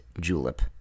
julep